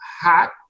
hat